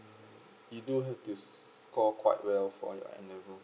you do have to scored quite well for your N level